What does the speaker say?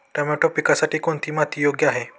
Tomato पिकासाठी कोणती माती योग्य आहे?